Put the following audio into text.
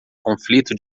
conflito